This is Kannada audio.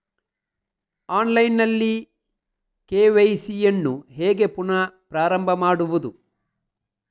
ಆನ್ಲೈನ್ ನಲ್ಲಿ ಕೆ.ವೈ.ಸಿ ಯನ್ನು ಹೇಗೆ ಪುನಃ ಪ್ರಾರಂಭ ಮಾಡುವುದು?